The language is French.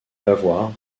lavoir